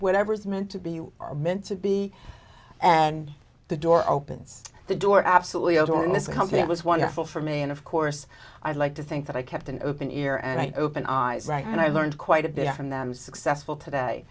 whatever is meant to be you are meant to be and the door opens the door absolutely adored this company it was wonderful for me and of course i like to think that i kept an open ear and open eyes right and i learned quite a bit from them successful today